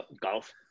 golf